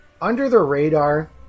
Under-the-radar